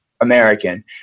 American